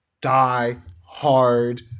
die-hard